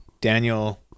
Daniel